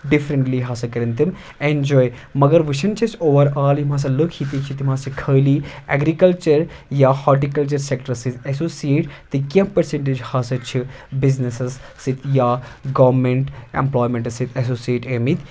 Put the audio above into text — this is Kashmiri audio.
ڈِفرَںٹلی ہَسا کَرن تِم اٮ۪نجاے مگر وُچھان چھِ أسۍ اوٚوَرآل یِم ہَسا لُکھ ییٚتِکۍ چھِ تِم ہَسا چھِ خٲلی اٮ۪گرِکلچَر یا ہاٹہِ کَلچَر سٮ۪کٹَرٛس سۭتۍ اٮ۪سوسیٹ تہٕ کینٛہہ پٔرسَنٹیج ہَسا چھِ بِزنٮ۪سَس سۭتۍ یا گورنمنٹ اٮ۪مپٕلایمَیٚنٹَس سۭتۍ اٮ۪سوسیٹ ٲمتۍ